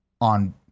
on